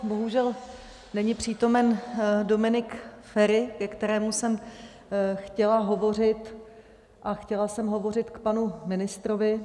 Bohužel není přítomen Dominik Feri, ke kterému jsem chtěla hovořit, a chtěla jsem hovořit k panu ministrovi.